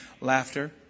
Laughter